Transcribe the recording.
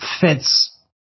fits